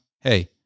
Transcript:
hey